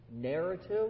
narrative